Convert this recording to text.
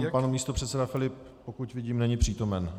Jenom pan místopředseda Filip, pokud vidím, není přítomen.